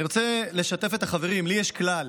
אני רוצה לשתף את החברים: לי יש כלל,